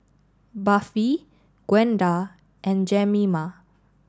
Buffy Gwenda and Jemima